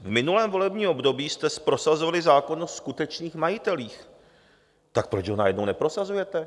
V minulém volebním období jste prosazovali zákon o skutečných majitelích, tak proč ho najednou neprosazujete?